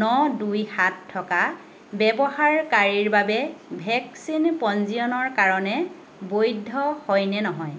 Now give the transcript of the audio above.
ন দুই সাত থকা ব্যৱহাৰকাৰীৰ বাবে ভেকচিন পঞ্জীয়নৰ কাৰণে বৈধ হয় নে নহয়